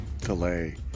Delay